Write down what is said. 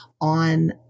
on